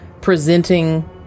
presenting